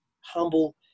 humble